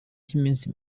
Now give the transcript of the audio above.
cy’iminsi